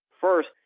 First